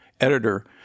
editor